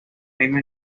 misma